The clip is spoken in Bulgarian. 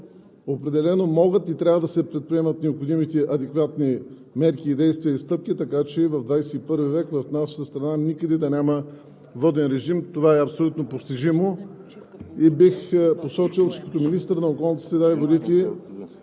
Но особено за първото, за водните режими и за безводието, определено могат и трябва да се предприемат необходимите адекватни мерки, действия и стъпки, така че в XXI век в нашата страна никъде да няма воден режим. Това е абсолютно постижимо.